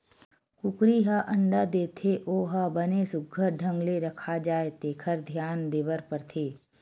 कुकरी ह अंडा देथे ओ ह बने सुग्घर ढंग ले रखा जाए तेखर धियान देबर परथे